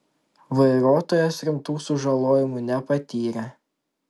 vairuotojas rimtų sužalojimų nepatyrė